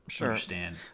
understand